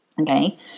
Okay